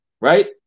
right